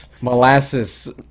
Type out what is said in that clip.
molasses